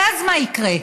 ואז מה יקרה?